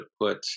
put